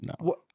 no